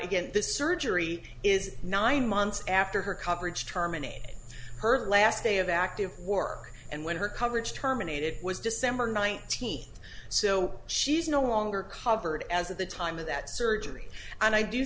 again this surgery is nine months after her coverage terminated her last day of active work and when her coverage terminated it was december nineteenth so she's no longer covered as of the time of that surgery and i do